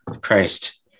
christ